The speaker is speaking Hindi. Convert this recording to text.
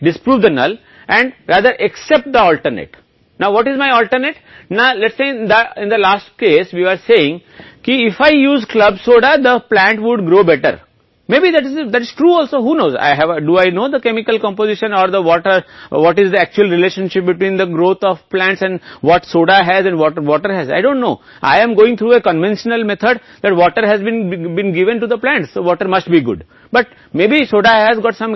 यह सबसे अधिक समय है जब अशक्त परिकल्पना को भंग करना चाहते हैं यह शून्य साबित होता है बल्कि वैकल्पिक परिकल्पना स्वीकार करते हैं अब विकल्प क्या है अब हम उस स्थिति में कहेंगे जब हम क्लब सोडा का उपयोग कर रहे थे पौधा बेहतर बढ़ेगा यह सच भी हो सकता है जो जानता है कि रसायन पर रचना सलाह हैया व हाँ या टोपी वास्तव में पौधों की वृद्धि के बीच संबंध है सोडा है और पानी है